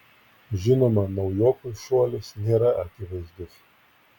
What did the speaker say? žinoma naujokui šuolis nėra akivaizdus